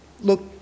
Look